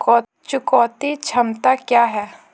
चुकौती क्षमता क्या है?